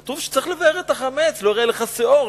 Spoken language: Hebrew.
כתוב שצריך לבער את החמץ: לא ייראה לך שאור,